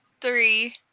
three